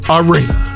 arena